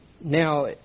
Now